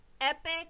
epic